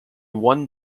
one